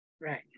Right